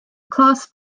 class